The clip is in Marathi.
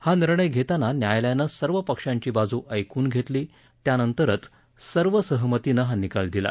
हा निर्णय घेताना न्यायालयानं सर्व पक्षांची बाजू ऐकून घेतली त्यानंतरच सर्व सहमतीनं हा निकाल दिला